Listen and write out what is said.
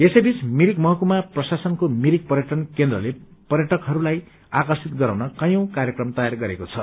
यसैबीच मिरिक महकुमा प्रशासनले मिरिक पर्यटन केन्द्रले पर्यटकहस्लाई आकर्षित गराउन कवौं कार्यक्रम तयार गरेको छ